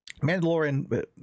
Mandalorian